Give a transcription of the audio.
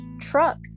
truck